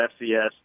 FCS